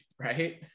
Right